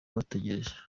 bategereje